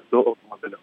su automobiliu